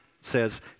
says